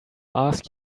ask